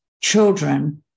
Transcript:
children